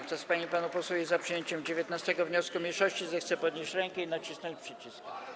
Kto z pań i panów posłów jest za przyjęciem 19. wniosku mniejszości, zechce podnieść rękę i nacisnąć przycisk.